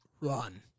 Run